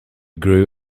grew